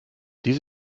dies